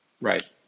Right